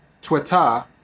Twitter